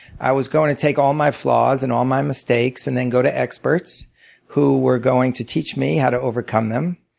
i was going to take all my flaws and all my mistakes and then go to experts who were going to teach me how to overcome them,